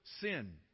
sin